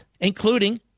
including